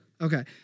Okay